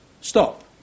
stop